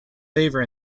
favour